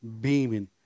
beaming